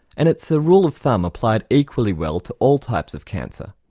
and it's a rule of thumb applied equally well to all types of cancer.